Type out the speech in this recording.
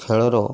ଖେଳର